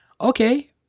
okay